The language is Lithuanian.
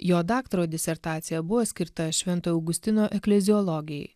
jo daktaro disertacija buvo skirta švento augustino ekleziologijai